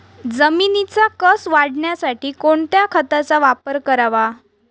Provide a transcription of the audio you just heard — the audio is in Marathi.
जमिनीचा कसं वाढवण्यासाठी कोणत्या खताचा वापर करावा?